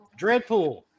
Dreadpool